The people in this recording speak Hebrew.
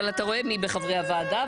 אבל אתה רואה מי בחברי הוועדה,